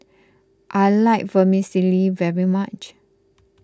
I like Vermicelli very much